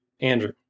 Andrew